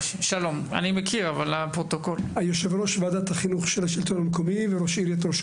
אני יושב ראש ועדת החינוך של השלטון המקומי וראש עיריית ראש